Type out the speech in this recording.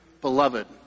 beloved